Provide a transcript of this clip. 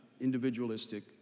individualistic